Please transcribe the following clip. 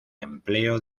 empleo